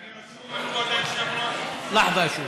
אני רשום, כבוד היושב-ראש?